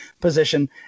position